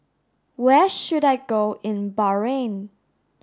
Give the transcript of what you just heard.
where should I go in Bahrain